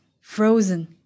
frozen